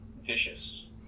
vicious